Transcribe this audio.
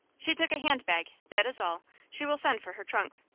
she took a handbag that is all. she will send for her trunk.